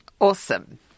Awesome